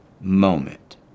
moment